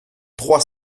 trois